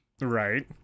Right